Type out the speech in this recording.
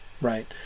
right